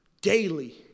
daily